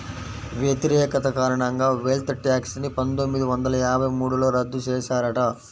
వ్యతిరేకత కారణంగా wealth tax ని పందొమ్మిది వందల యాభై మూడులో రద్దు చేశారట